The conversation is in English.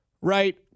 right